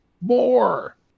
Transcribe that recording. more